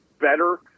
better